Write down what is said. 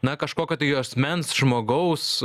na kažkokio tai asmens žmogaus